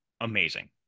amazing